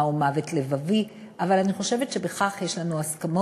מהו מוות לבבי, אבל אני חושבת שבכך יש לנו הסכמות.